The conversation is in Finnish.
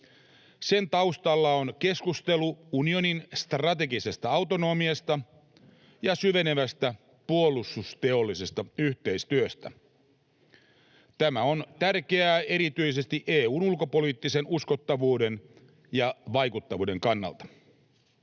Sen taustalla on keskustelu unionin strategisesta autonomiasta ja syvenevästä puolustusteollisesta yhteistyöstä. Tämä on tärkeää erityisesti EU:n ulkopoliittisen uskottavuuden ja vaikuttavuuden kannalta.